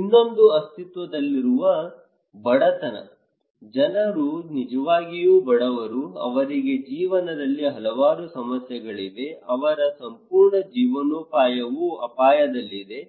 ಇನ್ನೊಂದು ಅಸ್ತಿತ್ವದಲ್ಲಿರುವ ಬಡತನ ಜನರು ನಿಜವಾಗಿಯೂ ಬಡವರು ಅವರಿಗೆ ಜೀವನದಲ್ಲಿ ಹಲವಾರು ಸಮಸ್ಯೆಗಳಿವೆ ಅವರ ಸಂಪೂರ್ಣ ಜೀವನೋಪಾಯವು ಅಪಾಯದಲ್ಲಿದೆ